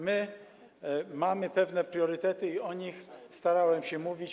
My mamy pewne priorytety i o nich starałem się mówić.